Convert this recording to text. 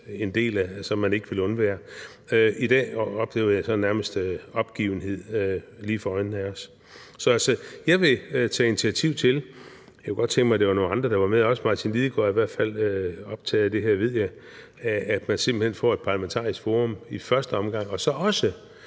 en del, som man ikke ville undvære. I dag oplever jeg nærmest opgivenhed lige for øjnene af os. Jeg vil tage initiativ til – jeg kunne godt tænke mig, at der også var nogle andre med; hr. Martin Lidegaard er i hvert fald optaget af det her, ved jeg – at man simpelt hen får et parlamentarisk forum i første omgang, og når